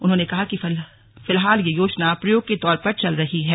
उन्होने कहा कि फिलहाल यह योजना प्रयोग के तौर पर चल रही है